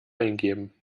eingeben